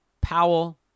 Powell